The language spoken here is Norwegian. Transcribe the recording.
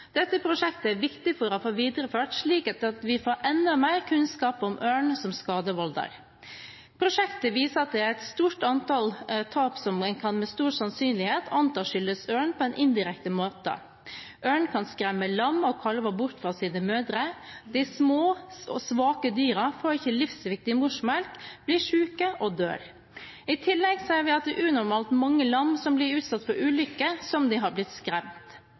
Dette prosjektet er det viktig å få videreført, slik at vi får enda mer kunnskap om ørn som skadevolder. Prosjektet viser at det er et stort antall tap som en med stor sannsynlighet kan anta skyldes ørn indirekte. Ørn kan skremme lam og kalver bort fra sine mødre. De små og svake dyrene får ikke livsviktig morsmelk, blir syke og dør. I tillegg ser vi at det er unormalt mange lam som blir utsatt for ulykker – som om de har blitt skremt.